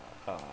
uh